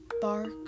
bark